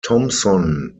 thompson